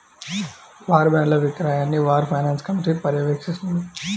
war బాండ్ల విక్రయాన్ని war finance committee పర్యవేక్షిస్తుంది